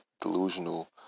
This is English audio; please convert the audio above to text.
delusional